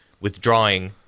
withdrawing